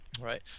right